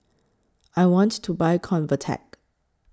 I want to Buy Convatec